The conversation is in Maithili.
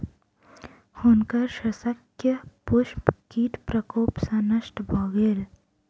हुनकर शस्यक पुष्प कीट प्रकोप सॅ नष्ट भ गेल